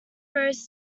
rose